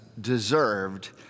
deserved